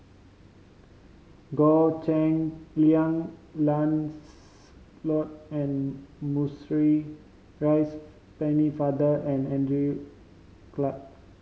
Goh Cheng Liang Lancelot and Maurice Pennefather and Andrew Clarke